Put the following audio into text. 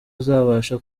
azabasha